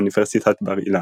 אוניברסיטת בר-אילן.